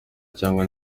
cyangwa